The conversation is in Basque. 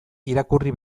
irakurri